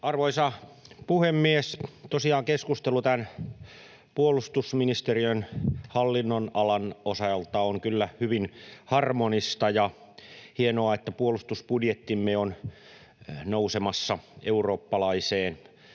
Arvoisa puhemies! Tosiaan keskustelu tämän puolustusministeriön hallinnonalan osalta on kyllä hyvin harmonista, ja hienoa, että puolustusbudjettimme on nousemassa eurooppalaiseen